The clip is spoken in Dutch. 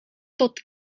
tot